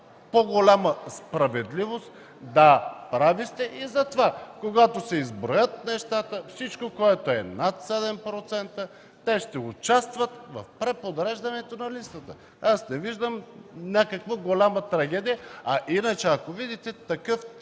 по-голяма справедливост – да, прави сте, и затова когато се изброят нещата, всичко, което е над 7%, те ще участват в преподреждането на листата. Аз не виждам някаква голяма трагедия. Иначе, ако видите такъв тип